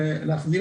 ולהחזיר